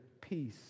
Peace